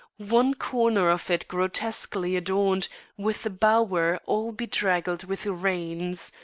one corner of it grotesquely adorned with a bower all bedraggled with rains,